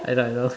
I know I know